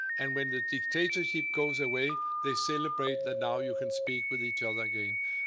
and when the dictatorship goes away, they celebrate that now you can speak with each other again.